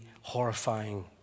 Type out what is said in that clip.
horrifying